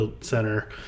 Center